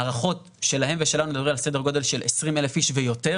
ההערכות שלהם ושלנו מדברים על סדר גודל של 20,000 איש ויותר,